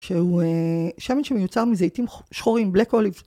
שהוא שמן שמיוצר מזיתים שחורים, black olive.